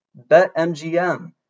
BetMGM